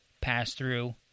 pass-through